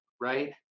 right